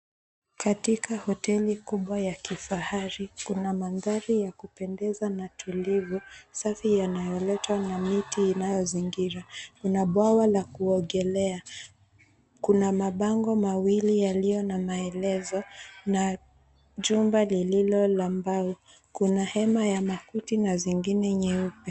Katika hoteli kubwa ya kifahari, kuna mandhari ya kupendeza na tulivu safi, yanayoletwa na miti inayozingira. Kuna bwawa la kuogelea. Kuna mabango mawili yaliyo na maelezo na jumba lililo la mbao. Kuna hema ya makuti na zingine nyeupe.